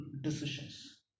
decisions